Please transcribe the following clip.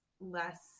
less